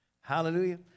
Hallelujah